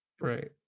Right